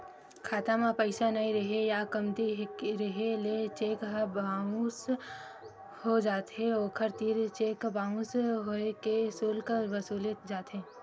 खाता म पइसा नइ रेहे या कमती रेहे ले चेक ह बाउंस हो जाथे, ओखर तीर चेक बाउंस होए के सुल्क वसूले जाथे